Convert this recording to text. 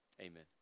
amen